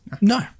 No